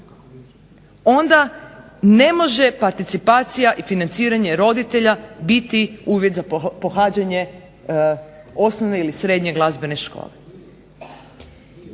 onda ne može participacija i financiranje roditelja biti uvjet za pohađanje osnovne ili srednje glazbene škole.